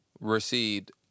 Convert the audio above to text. received